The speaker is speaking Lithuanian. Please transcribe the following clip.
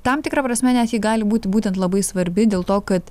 tam tikra prasme net ji gali būti būtent labai svarbi dėl to kad